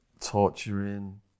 torturing